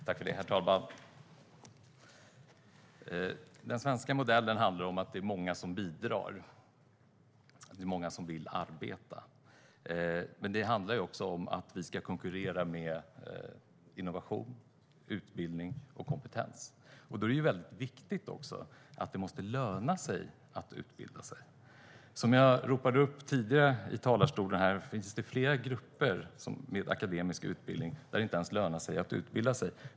Herr talman! Den svenska modellen handlar om att det är många som bidrar, att det är många som vill arbeta. Men det handlar också om att vi ska konkurrera genom innovation, utbildning och kompetens. Då är det viktigt att det lönar sig att utbilda sig. Som jag sa tidigare i talarstolen finns det flera grupper med akademisk utbildning där det inte lönar sig att utbilda sig.